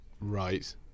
Right